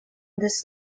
this